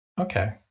Okay